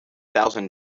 thousand